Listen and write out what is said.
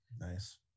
Nice